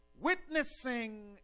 witnessing